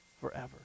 forever